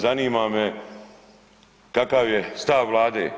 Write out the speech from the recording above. Zanima me kakav je stav vlade?